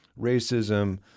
racism